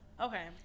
Okay